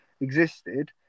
existed